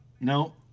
No